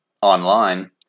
online